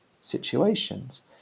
situations